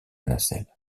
nacelle